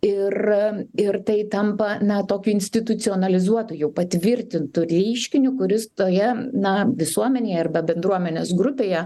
ir ir tai tampa na tokiu institucionalizuotu jau patvirtintu reiškiniu kuris toje na visuomenėje arba bendruomenės grupėje